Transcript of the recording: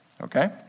Okay